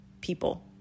people